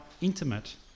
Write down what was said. intimate